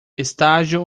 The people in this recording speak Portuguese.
estágio